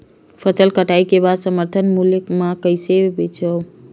फसल कटाई के बाद समर्थन मूल्य मा कइसे बेचबो?